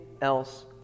else